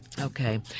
Okay